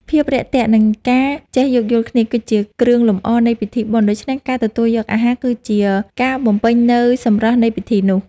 ភាពរាក់ទាក់ និងការចេះយោគយល់គ្នា គឺជាគ្រឿងលម្អនៃពិធីបុណ្យ ដូច្នេះការទទួលយកអាហារគឺជាការបំពេញនូវសម្រស់នៃពិធីនោះ។